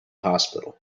hospital